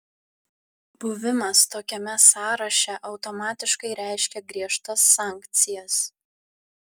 buvimas tokiame sąraše automatiškai reiškia griežtas sankcijas